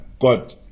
God